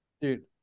Dude